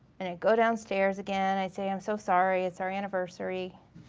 and i'd go downstairs again, i'd say i'm so sorry it's our anniversary.